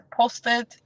posted